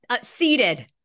Seated